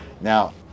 Now